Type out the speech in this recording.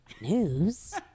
news